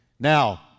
Now